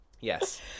Yes